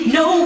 no